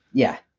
yeah.